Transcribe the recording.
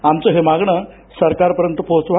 आमचं हे मागणं सरकार पर्यंत पोहोचवा